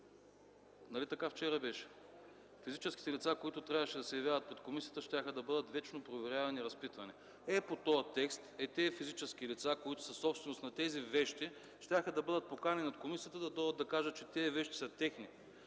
Нали така беше вчера? Физическите лица, които трябваше да се явяват пред комисията, щяха да бъдат вечно проверявани и разпитвани. Е – по този текст, е – тези физически лица, които са собственици на тези вещи, щяха да бъдат поканени от комисията да дойдат да кажат, че тези вещи са техни,